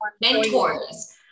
mentors